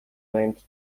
named